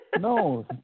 No